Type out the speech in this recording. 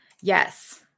Yes